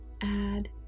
add